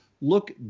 look